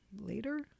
later